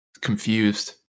confused